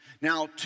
Now